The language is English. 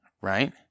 right